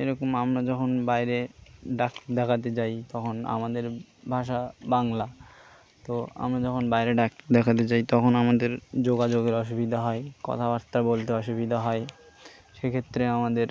এরকম আমরা যখন বাইরে ডাক্তার দেখাতে যাই তখন আমাদের ভাষা বাংলা তো আমরা যখন বাইরে ডাক্তার দেখাতে চাই তখন আমাদের যোগাযোগের অসুবিধা হয় কথাবার্তা বলতে অসুবিদা হয় সেক্ষেত্রে আমাদের